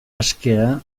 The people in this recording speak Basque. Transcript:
askea